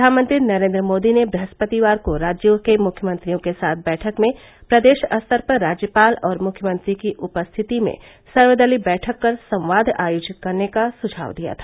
प्रधानमंत्री नरेंद्र मोदी ने ब्रहस्पतिवार को राज्यों के मुख्यमंत्रियों के साथ बैठक में प्रदेश स्तर पर राज्यपाल और मुख्यमंत्री की उपस्थिति में सर्वदलीय बैठक कर संवाद आयोजित करने का सुझाव दिया था